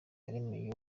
yaremeye